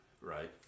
right